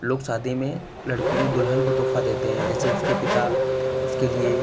लोग शादी में लड़कियों दुल्हन को तोहफ़ा देते हैं जैसे उसके पिता उसके लिए